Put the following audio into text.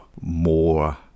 more